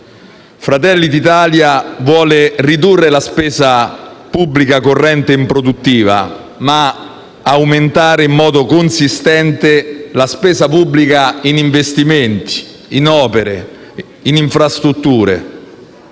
Fratelli d'Italia vuole ridurre la spesa pubblica corrente improduttiva, ma aumentare in modo consistente la spesa pubblica in investimenti, in opere, in infrastrutture.